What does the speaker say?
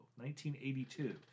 1982